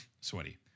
sweaty